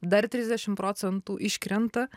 dar trisdešimt procentų iškrenta